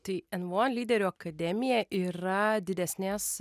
tai nvo lyderių akademija yra didesnės